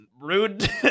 rude